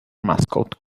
mascot